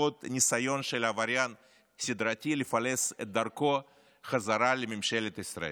בעוד ניסיון של עבריין סדרתי לפלס את דרכו חזרה לממשלת ישראל.